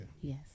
Yes